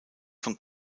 von